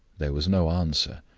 there was no answer.